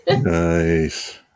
nice